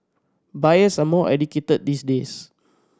buyers are more educated these days